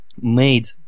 made